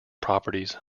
properties